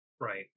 right